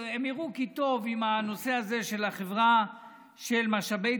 הם יראו כי טוב עם הנושא הזה של החברה של משאבי